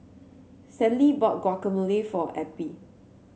Stanley bought Guacamole for Eppie